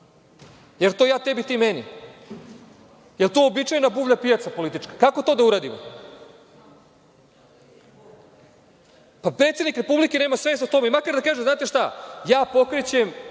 Jel to ja tebi, ti meni? Jel to uobičajena buvlja pijaca politička? Kako to da uradimo? Predsednik Republike nema svest o tome. Makar da kaže, znate šta, pokrećem